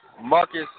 Marcus